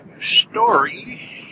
story